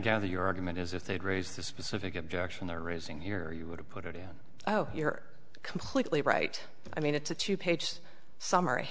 gather your argument is if they had raised the specific objection they're raising here you would have put it on oh you're completely right i mean it's a two page summary